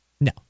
No